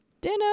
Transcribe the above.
Dinner